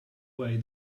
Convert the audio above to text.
way